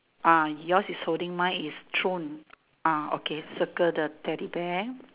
ah yours is holding mine is thrown ah okay circle the Teddy bear